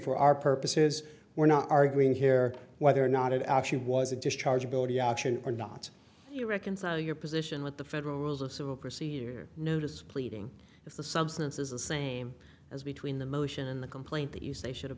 for our purposes we're not arguing here whether or not it actually was a discharge ability option or not you reconcile your position with the federal rules of civil procedure notice pleading if the substance is the same as between the motion and the complaint that you say should have